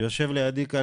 יושב לידי כאן,